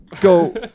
Go